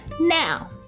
Now